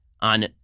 on